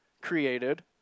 created